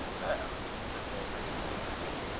mem! said david, with dignity,